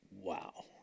wow